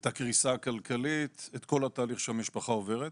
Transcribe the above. את הקריסה הכלכלית, את כל התהליך שהמשפחה עוברת.